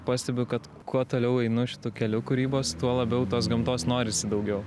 pastebiu kad kuo toliau einu šituo keliu kūrybos tuo labiau tos gamtos norisi daugiau